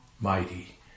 mighty